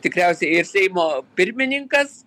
tikriausiai ir seimo pirmininkas